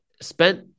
spent